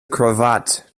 cravat